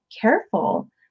careful